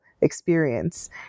experience